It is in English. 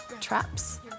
Traps